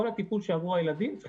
כל הטיפול שעברו הילדים לא משנה וצריך